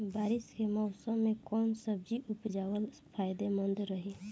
बारिश के मौषम मे कौन सब्जी उपजावल फायदेमंद रही?